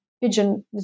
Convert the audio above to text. pigeon